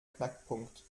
knackpunkt